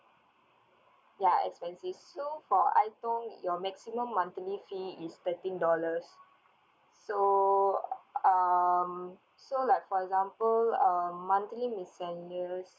ya expensive so for ai tong your maximum monthly fee is thirteen dollars so um so like for example um monthly miscellaneous